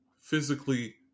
physically